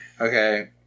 Okay